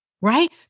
right